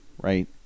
right